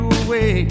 away